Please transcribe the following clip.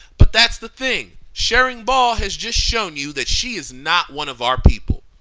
but that's the thing charing ball has just shown you that she is not one of our people.